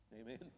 amen